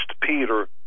Peter